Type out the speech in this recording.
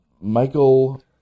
Michael